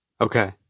Okay